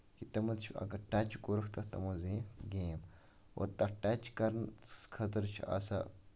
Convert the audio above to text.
تِمہِ پَتہٕ چھُ اگر ٹچ کوٚرُکھ تَتھ تِمو زیٖنۍ یہِ گیم تَتھ ٹچ کرنہٕ خٲطرٕ چھُ آسان